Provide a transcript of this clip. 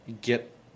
get